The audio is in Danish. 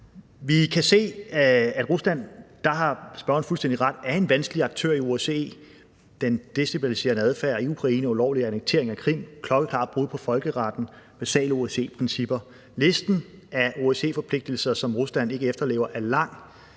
ret – er en vanskelig aktør i OSCE: den destabiliserende adfærd i Ukraine, ulovlig annektering af Krim, klokkeklare brud på folkeretten, på basale OSCE-principper. Listen af OSCE-forpligtelser, som Rusland ikke efterlever, er lang,